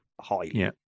highly